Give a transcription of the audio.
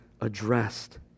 addressed